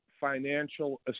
financial